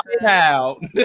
child